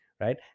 right